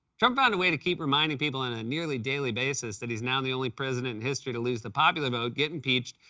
trump found a way to keep reminding people, on a nearly daily basis, that he's now the only president in history to lose the popular vote, get impeached,